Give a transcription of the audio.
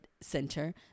center